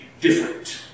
different